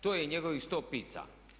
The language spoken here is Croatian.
To je njegovih 100 pizza.